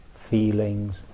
feelings